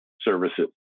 services